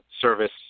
service